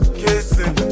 kissing